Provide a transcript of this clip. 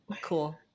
Cool